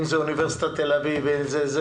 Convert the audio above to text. אם באוניברסיטת תל אביב וכולי.